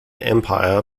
empire